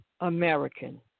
American